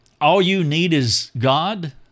all-you-need-is-God